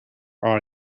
our